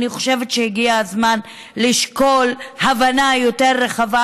אני חושבת שהגיע הזמן לשקול הבנה יותר רחבה,